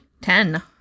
Ten